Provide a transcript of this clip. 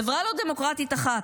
חברה לא דמוקרטית אחת,